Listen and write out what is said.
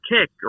kick